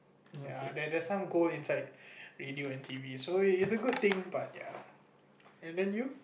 ya there's there's some gold radio and T_V so it's a good thing but ya didn't you